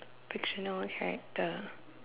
fictional character